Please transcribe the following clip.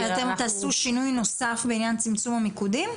אתם תעשו שינוי נוסף בעניין צמצום המיקודים?